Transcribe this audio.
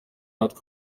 natwe